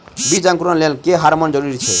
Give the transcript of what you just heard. बीज अंकुरण लेल केँ हार्मोन जरूरी छै?